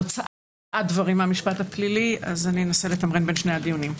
הוצאת דברים מהמשפט הפלילי ואנסה לתמרן בין שני הדיונים.